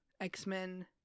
X-Men